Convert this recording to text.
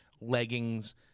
leggings